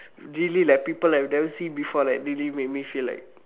really like people I have never seen before like really make me feel like